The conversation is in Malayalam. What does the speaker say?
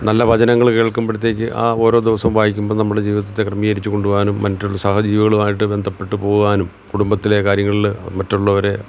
നല്ല വചനങ്ങൾ കേൾക്കുമ്പോഴത്തേക്ക് ആ ഓരോ ദിവസം വായിക്കുമ്പം നമ്മുടെ ജീവിതത്തെ ക്രമീകരിച്ചു കൊണ്ട് പോകാനും മറ്റുള്ള സഹജീവികളുമായിട്ടു ബന്ധപ്പെട്ടു പോകാനും കുടുംബത്തിലെ കാര്യങ്ങളിൽ മറ്റുള്ളവരെ